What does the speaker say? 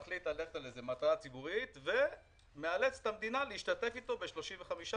מחליט ללכת על מטרה ציבורית ומאלץ את המדינה להשתתף אתו ב-35%.